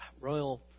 royal